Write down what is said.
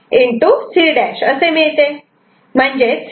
म्हणजेच C